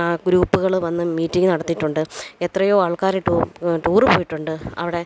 ആ ഗ്രൂപ്പുകള് വന്ന് മീറ്റിംഗ് നടത്തിയിട്ടുണ്ട് എത്രയോ ആള്ക്കാര് ടൂ ടൂര് പോയിട്ടുണ്ട് അവിടെ